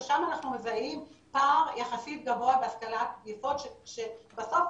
ששם אנחנו מזהים פער יחסית גבוה בהשכלת יסוד שבסוף